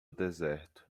deserto